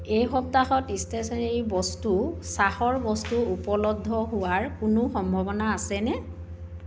এই সপ্তাহত ষ্টেশ্যনেৰি বস্তু চাহৰ বস্তু উপলব্ধ হোৱাৰ কোনো সম্ভাৱনা আছেনে